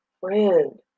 friend